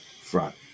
front